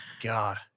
God